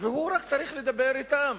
והוא רק צריך לדבר אתם,